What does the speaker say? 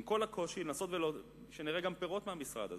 עם כל הקושי, לנסות שנראה גם פירות מהמשרד הזה.